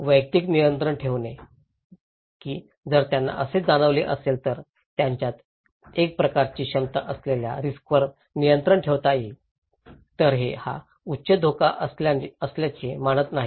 वैयक्तिक नियंत्रण ठेवणे की जर त्यांना असे जाणवले असेल तर त्यांच्यात एकप्रकारची क्षमता असलेल्या रिस्कवर नियंत्रण ठेवता येईल तर ते हा उच्च धोका असल्याचे मानत नाहीत